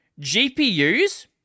GPUs